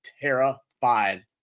terrified